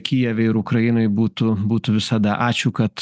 kijeve ir ukrainoj būtų būtų visada ačiū kad